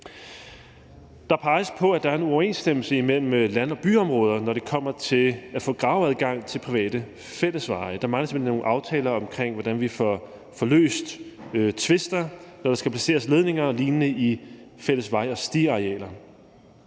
Der peges på, at der er en uoverensstemmelse imellem land- og byområder, når det kommer til at få graveadgang til private fællesveje. Der mangler simpelt hen nogle aftaler om, hvordan vi får løst tvister, når der skal placeres ledninger og lignende i fælles vej- og stiarealer.